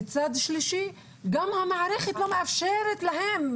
מצד שלישי, גם המערכת לא מאפשרת להם.